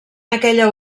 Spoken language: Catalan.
aquella